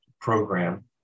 Program